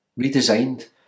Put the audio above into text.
redesigned